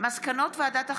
מסקנות ועדת החינוך,